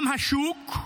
גם השוק,